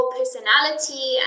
personality